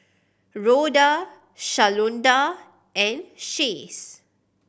Rhoda Shalonda and Chace